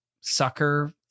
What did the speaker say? sucker